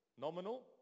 nominal